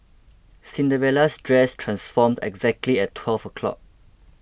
Cinderella's dress transformed exactly at twelve o' clock